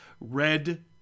Red